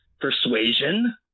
persuasion